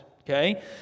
okay